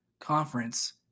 Conference